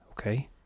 okay